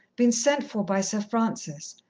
been sent for by sir francis,